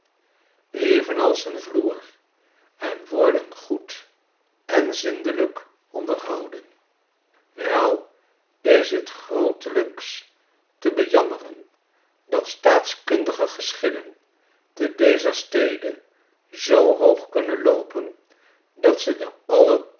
evenals een vloer en worden goed en zindelijk onderhouden wel is net grootelijks te bejammeren dat staatkundige geschillen te dezer stedezoohoog kunnen loopen dat ze de